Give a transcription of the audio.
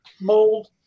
mold